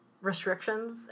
restrictions